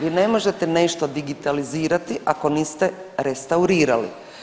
Vi ne možete nešto digitalizirati ako niste restaurirali.